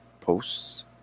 posts